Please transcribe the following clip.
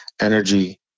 energy